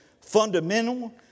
fundamental